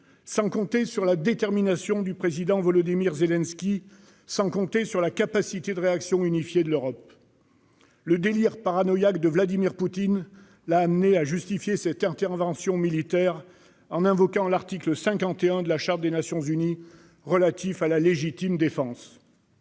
sans compter sur la détermination du président Volodymyr Zelensky, sans compter sur la capacité de réaction unifiée de l'Europe. Le délire paranoïaque de Vladimir Poutine l'a amené à justifier cette intervention militaire en invoquant l'article 51 de la Charte des Nations unies relative à la légitime défense.